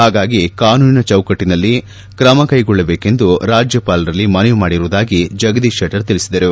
ಹಾಗಾಗಿ ಕಾನೂನಿನ ದಿಕಟ್ಟನಲ್ಲಿ ಕ್ರಮ ಕೈಗೊಳ್ಳಬೇಕೆಂದು ರಾಜ್ಯಪಾಲರಲ್ಲಿ ಮನವಿ ಮಾಡಿರುವುದಾಗಿ ಜಗದೀಶ್ ಶೆಟ್ಟರ್ ತಿಳಿಸಿದರು